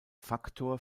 faktor